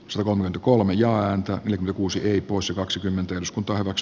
suomen kolmen ja antaa yli kuusi peiposen kaksikymmentä jansku taivas